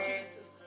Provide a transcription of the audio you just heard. Jesus